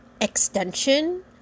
extension